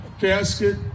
casket